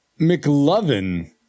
mclovin